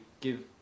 give